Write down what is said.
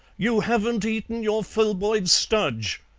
you haven't eaten your filboid studge!